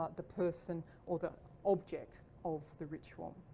ah the person or the object of the ritual.